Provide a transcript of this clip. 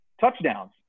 touchdowns